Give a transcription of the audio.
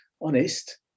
honest